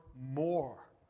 more